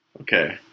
Okay